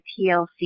TLC